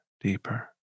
deeper